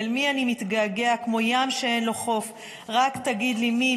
/ אל מי אני מתגעגע / כמו ים שאין לו חוף?/ רק תגיד לי מי,